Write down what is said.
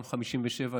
גם 57,